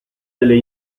delle